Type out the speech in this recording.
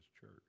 church